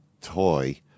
toy